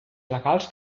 legals